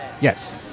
yes